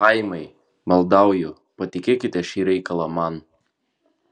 chaimai maldauju patikėkite šį reikalą man